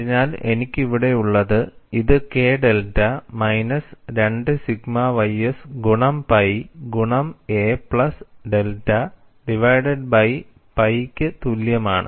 അതിനാൽ എനിക്ക് ഇവിടെയുള്ളത് ഇത് K delta minus 2 sigma ys ഗുണം പൈ ഗുണം a plus delta divided by പൈക്ക് തുല്യമാണ്